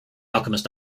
alchemist